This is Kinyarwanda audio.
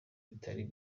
itari